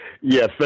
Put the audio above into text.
yes